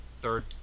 third